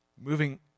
Moving